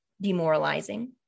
demoralizing